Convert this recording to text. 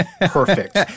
Perfect